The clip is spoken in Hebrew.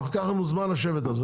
אנחנו ניקח לנו זמן לשבת על זה,